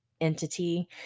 entity